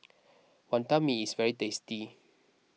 Wonton Mee is very tasty